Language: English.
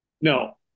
No